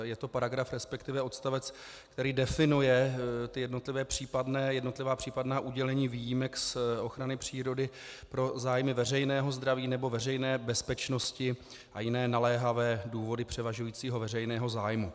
Je to paragraf, resp. odstavec, který definuje jednotlivá případná udělení výjimek z ochrany přírody pro zájmy veřejného zdraví nebo veřejné bezpečnosti a jiné naléhavé důvody převažujícího veřejného zájmu.